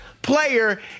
Player